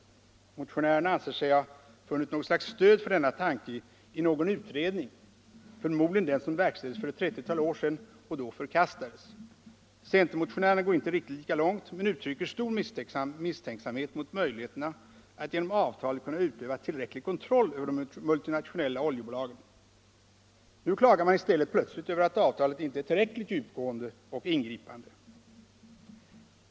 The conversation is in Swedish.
Motionärerna anser sig ha funnit något slags stöd för denna tanke i någon utredning, förmodligen den som verkställdes för ett trettiotal år sedan och då förkastades. Centermotionärerna går inte riktigt lika långt men uttrycker stor misstänksamhet mot möjligheterna att genom avtalet kunna utöva tillräcklig kontroll över de multinationella oljebolagen. Nu klagar man i stället plötsligt över att avtalet inte är tillräckligt djupgående och ingripande.